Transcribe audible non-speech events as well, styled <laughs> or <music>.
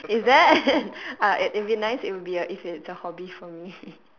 is that <laughs> oh it it would be nice it would be a if it's a hobby for me <laughs>